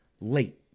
late